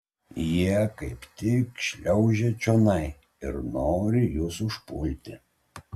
jie kaip tik šliaužia čionai ir nori jus užpulti